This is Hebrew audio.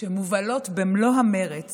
שמובלות במלוא המרץ